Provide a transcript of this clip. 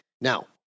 Now